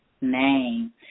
name